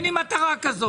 אין לי מטרה כזאת.